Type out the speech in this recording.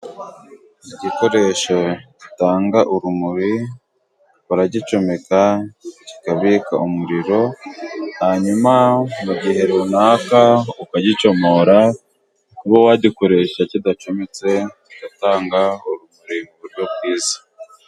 Igikoresho gitanga urumuri， baragicomeka kikabika umuriro， hanyuma mu gihe runaka ukagicomora，ukaba wagikoresha kidacometse，kigatanga urumuri mu buryo bwiza.